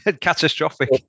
catastrophic